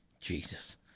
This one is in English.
Jesus